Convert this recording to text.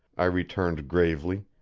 i returned gravely,